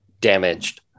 damaged